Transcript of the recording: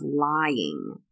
lying